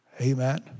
Amen